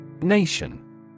Nation